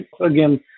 Again